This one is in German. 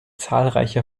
zahlreicher